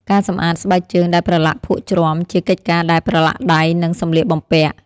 ការសម្អាតស្បែកជើងដែលប្រឡាក់ភក់ជ្រាំ ជាកិច្ចការដែលប្រឡាក់ដៃ និងសម្លៀកបំពាក់។